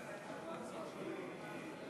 מה קרה?